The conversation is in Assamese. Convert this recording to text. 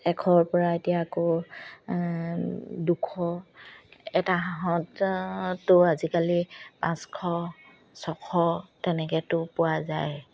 এশৰ পৰা এতিয়া আকৌ দুশ এটা হাঁহতো আজিকালি পাঁচশ ছশ তেনেকেতো পোৱা যায়